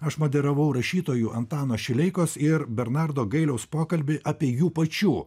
aš moderavau rašytojų antano šileikos ir bernardo gailiaus pokalbį apie jų pačių